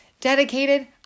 dedicated